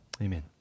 amen